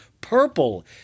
purple